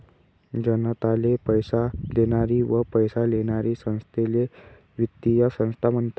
जनताले पैसा देनारी व पैसा लेनारी संस्थाले वित्तीय संस्था म्हनतस